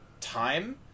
time